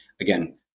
Again